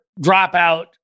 dropout